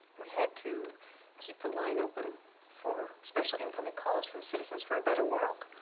we had to keep the line open for special incoming calls from citizens for a better world.